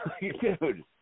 Dude